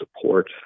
support